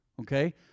Okay